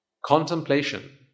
contemplation